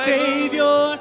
Savior